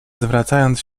zwracając